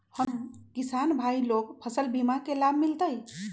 हम किसान भाई लोग फसल बीमा के लाभ मिलतई?